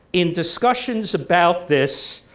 in discussions about this,